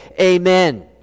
Amen